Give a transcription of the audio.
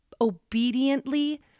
obediently